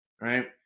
right